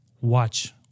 Watch